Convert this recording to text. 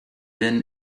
then